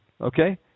okay